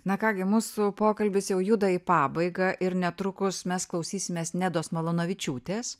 na ką gi mūsų pokalbis jau juda į pabaigą ir netrukus mes klausysimės nedos malūnavičiūtės